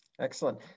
Excellent